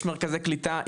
יש מרכזי קליטה,